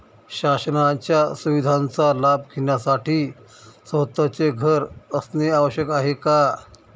शासनाच्या सुविधांचा लाभ घेण्यासाठी स्वतःचे घर असणे आवश्यक आहे का?